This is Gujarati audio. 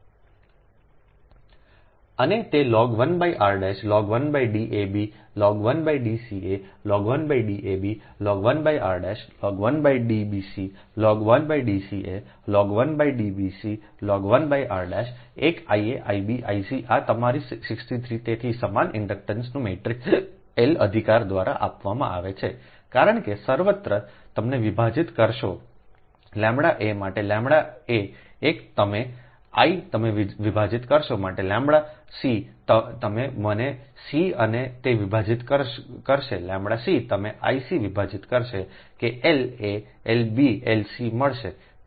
અને તે log 1 r log 1 D a b log 1 D c a log 1 D a b log 1 r log 1 D b c log 1 D c a log 1 D b c log 1 r એક Ia I b I c આ તમારા 63 તેથી સમાન ઇન્ડક્ટન્સનું મેટ્રિક્સ L અધિકાર દ્વારા આપવામાં આવે છે કારણ કે સર્વત્ર તમને વિભાજીત કરશેʎaમાટેʎaએક તમે I તેને વિભાજીત કરશે માટેʎખ તમે મને ખ અને તે વિભાજિત કરશેʎC તમે Ic વિભાજીત કરશે કે L a L b L c મળશે